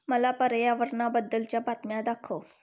मला पर्यावरणाबद्दलच्या बातम्या दाखव